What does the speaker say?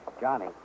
Johnny